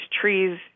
trees